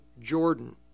Jordan